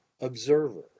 observer